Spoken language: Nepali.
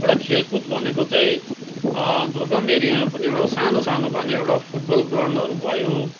एउटा खेलकुद भनेको चाहिँ दुर्गम एरियामा पनि एउटा सानो सानो भए पनि एउटा फुटबल ग्राउन्डहरू भयो